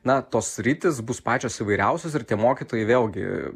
na tos sritys bus pačios įvairiausios ir tie mokytojai vėlgi